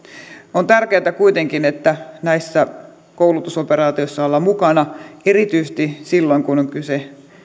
on tärkeätä kuitenkin että näissä koulutusoperaatioissa ollaan mukana erityisesti silloin kun on kyse